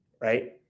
right